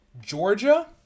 Georgia